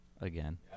Again